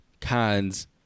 cons